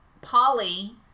Polly